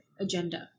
agenda